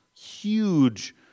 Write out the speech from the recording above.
huge